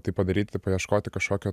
tai padaryti paieškoti kažkokio